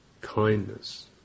Kindness